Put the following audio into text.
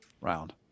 round